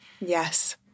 Yes